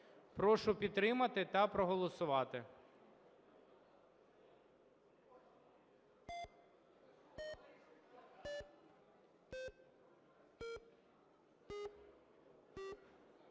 Прошу підтримати та проголосувати.